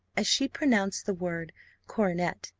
as she pronounced the word coronet,